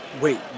Wait